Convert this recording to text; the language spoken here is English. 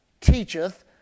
teacheth